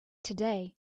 today